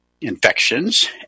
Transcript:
infections